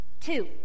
two